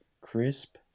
Crisp